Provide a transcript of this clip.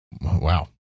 Wow